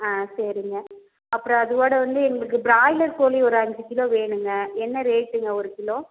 சரிங்க அப்புறம் அதோட வந்து எங்களுக்கு பிராய்லர் கோழி ஒரு அஞ்சு கிலோ வேணுங்க என்ன ரேட்டுங்க ஒரு கிலோ